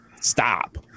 stop